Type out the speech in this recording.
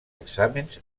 exàmens